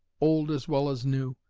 old as well as new,